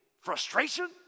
frustration